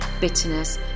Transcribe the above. bitterness